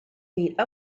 meet